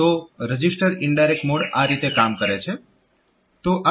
તો register indirect mode આ રીતે આ કામ કરે છે